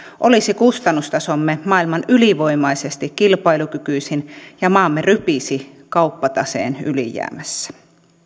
olisi kustannustasomme maailman ylivoimaisesti kilpailukykyisin ja maamme rypisi kauppataseen ylijäämässä